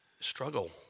struggle